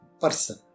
person